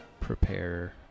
prepare